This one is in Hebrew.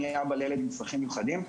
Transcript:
אני אבא לילד עם צרכים מיוחדים,